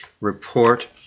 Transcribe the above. report